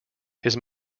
his